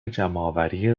جمعآوری